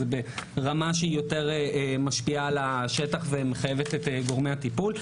זה ברמה שהיא יותר משפיעה על השטח ומחייבת את גורמי הטיפול.